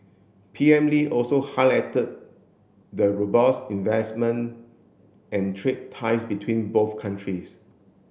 P M Lee also highlighted the robust investment and trade ties between both countries